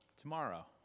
tomorrow